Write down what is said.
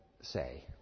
say